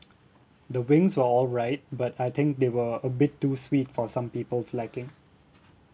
the wings were all right but I think they were a bit too sweet for some people's liking